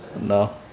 No